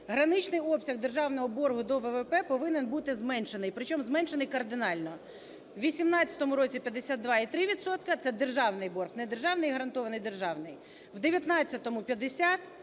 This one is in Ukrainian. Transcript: граничний обсяг державного боргу до ВВП повинен бути зменшений, причому зменшений кардинально. У 18-му році – 52,3 відсотка (це державний борг, не державний, а гарантований державний) у 19-му – 50,